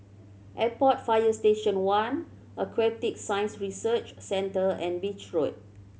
Airport Fire Station One Aquatic Science Research Centre and Beach Road